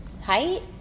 Height